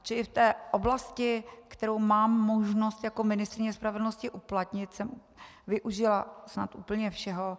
I v oblasti, kterou mám možnost jako ministryně spravedlnosti uplatnit, jsem využila snad úplně všeho.